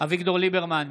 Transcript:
אביגדור ליברמן,